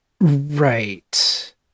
Right